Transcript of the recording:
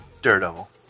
daredevil